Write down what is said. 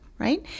right